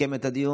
לסכם את הדיון,